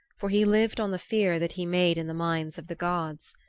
for he lived on the fear that he made in the minds of the gods.